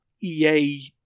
EA